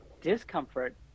discomfort